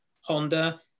Honda